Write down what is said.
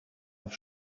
auf